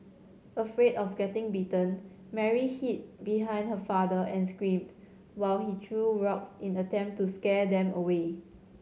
afraid of getting bitten Mary hid behind her father and screamed while he threw rocks in an attempt to scare them away